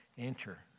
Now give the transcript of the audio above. Enter